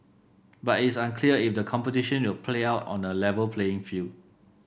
but is unclear if the competition will play out on A Level playing field